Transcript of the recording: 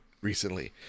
recently